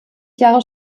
jahre